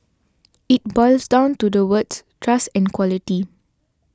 it boils down to the words trust and quality